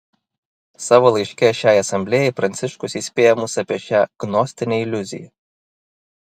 savo laiške šiai asamblėjai pranciškus įspėja mus apie šią gnostinę iliuziją